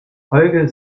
holger